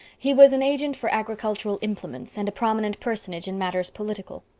he was an agent for agricultural implements and a prominent personage in matters political.